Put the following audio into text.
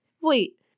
wait